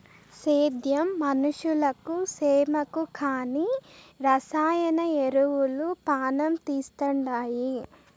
సేద్యం మనుషులకు సేమకు కానీ రసాయన ఎరువులు పానం తీస్తండాయి